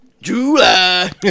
July